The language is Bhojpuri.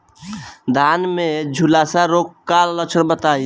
धान में झुलसा रोग क लक्षण बताई?